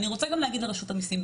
אני רוצה גם להגיד לרשות המיסים.